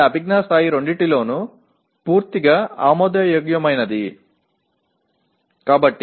அறிவாற்றல் நிலைகள் இரண்டிலும் முழுமையாக ஏற்றுக்கொள்ளத்தக்கது